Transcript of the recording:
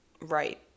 right